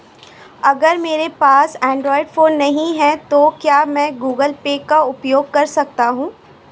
अगर मेरे पास एंड्रॉइड फोन नहीं है तो क्या मैं गूगल पे का उपयोग कर सकता हूं?